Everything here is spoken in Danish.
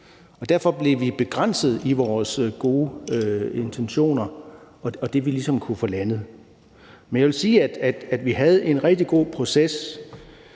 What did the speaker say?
derfor blev vi begrænset i vores gode intentioner og i det, vi ligesom kunne få landet. Men jeg vil sige, at Radikale og SF